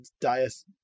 dias